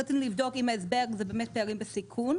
רצינו לבדוק אם ההסבר זה באמת פערים בסיכון,